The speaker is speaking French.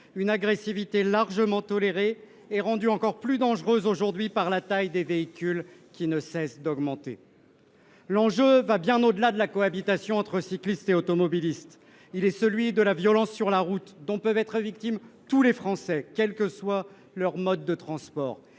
une agressivité largement tolérée et rendue plus dangereuse encore par la taille sans cesse croissante des véhicules. L’enjeu va bien au delà de la cohabitation entre cyclistes et automobilistes : il s’agit de la violence sur la route, dont peuvent être victimes tous les Français, quel que soit leur mode de transport.